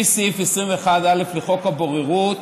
סעיף 21א לחוק הבוררות